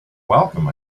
welcome